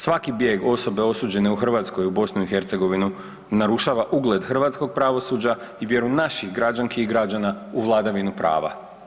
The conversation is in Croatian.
Svaki bijeg osobe osuđene u Hrvatskoj u BiH narušava ugled hrvatskog pravosuđa i vjeru naših građanki i građanki u vladavinu prava.